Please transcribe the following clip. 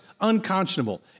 unconscionable